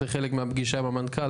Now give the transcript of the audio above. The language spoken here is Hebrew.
זה חלק מהפגישה עם המנכ"ל,